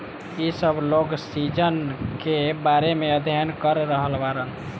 इ सब लोग सीजन के बारे में अध्ययन कर रहल बाड़न